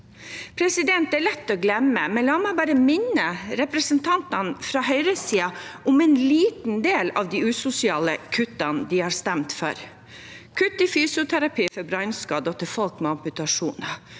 fellesskapet. Det er lett å glemme, men la meg bare minne representantene fra høyresiden om en liten del av de usosiale kuttene de har stemt for: kutt i fysioterapi for brannskadde og folk med amputasjoner,